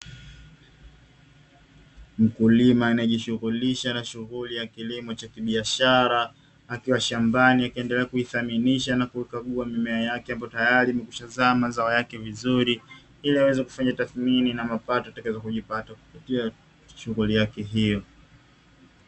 Mkulima anayejishughulisha na shuguli ya kilimo cha kibiashara, akiwa shambani akiwa anaithaminisha na kukagua mimea yake tayari imeshazaa mazao yake vizuri, ili aweze kufanya tathimini ya mapato juu ya shughuli yake hiyo.